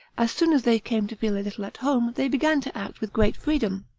as soon as they came to feel a little at home, they began to act with great freedom.